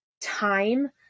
time